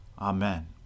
Amen